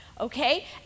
okay